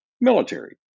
military